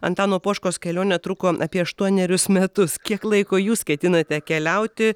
antano poškos kelionė truko apie aštuonerius metus kiek laiko jūs ketinate keliauti